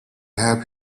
help